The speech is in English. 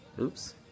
Oops